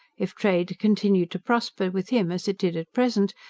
if trade continued to prosper with him as it did at present,